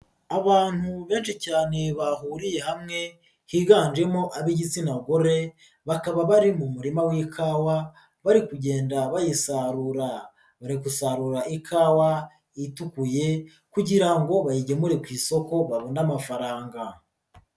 Abantu benshi cyane bahuriye hamwe higanjemo ab'igitsina gorem, bakaba bari mu murima w'ikawa bari kugenda bayisarura. Bari gusarura ikawa itukuye, kugira ngo bayigemure ku isoko babone amafaranga.